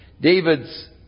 David's